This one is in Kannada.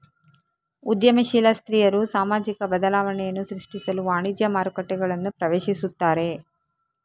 ಉದ್ಯಮಶೀಲ ಸ್ತ್ರೀಯರು ಸಾಮಾಜಿಕ ಬದಲಾವಣೆಯನ್ನು ಸೃಷ್ಟಿಸಲು ವಾಣಿಜ್ಯ ಮಾರುಕಟ್ಟೆಗಳನ್ನು ಪ್ರವೇಶಿಸುತ್ತಾರೆ